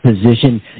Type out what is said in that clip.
position